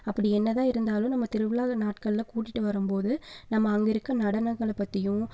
அப்படி என்னதாக இருந்தாலும் நம்ம திருவிழாவில நாட்கள்ல கூட்டிட்டு வரும்போது நம்ம அங்கே இருக்கிற நடனங்களை பற்றியும்